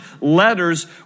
letters